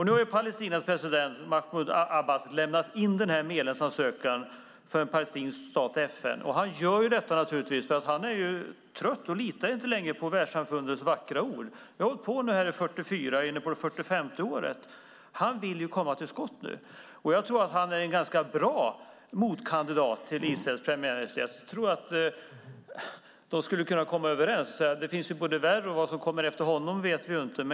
Nu har Palestinas president Mahmud Abbas lämnat in den här medlemsansökan för en palestinsk stat till FN. Han gör detta därför att han är trött och inte längre litar på världssamfundets vackra ord. Vi har hållit på med detta i 44 år och är inne på det 45:e året. Han vill komma till skott nu. Jag tror att han är en ganska bra motkandidat till Israels premiärminister. Jag tror att de skulle kunna komma överens. Det finns ju värre, och vi vet inte vad som kommer efter honom.